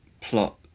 plot